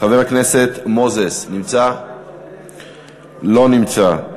חבר הכנסת מוזס, לא נמצא,